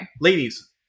Ladies